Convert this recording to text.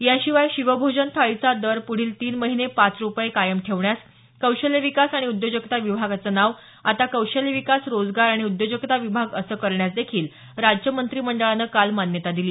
याशिवाय शिवभोजन थाळीचा दर पुढील तीन महिने पाच रुपये कायम ठेवण्यास कौशल्य विकास आणि उद्योजकता विभागाचे नाव आता कौशल्य विकास रोजगार आणि उद्योजकता विभाग असं करण्यासदेखील राज्य मंत्रिमंडळानं काल मान्यता दिली